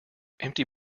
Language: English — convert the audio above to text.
empty